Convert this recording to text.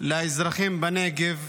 לאזרחים בנגב.